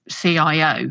CIO